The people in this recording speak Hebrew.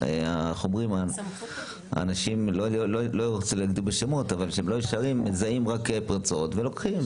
אנשים לא ישרים מזהים פרצות ולוקחים.